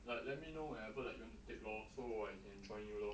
like let me know whenever you want to take lor so I can join you lor